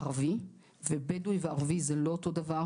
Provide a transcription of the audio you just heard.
ערבי - ובדואי וערבי זה לא אותו דבר,